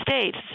States